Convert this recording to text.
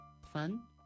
Fun